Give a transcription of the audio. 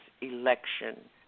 election